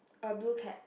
a blue cap